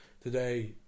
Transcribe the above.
today